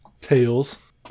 Tails